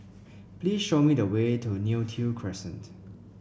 please show me the way to Neo Tiew Crescent